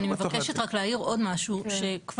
ואת